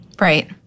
Right